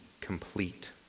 complete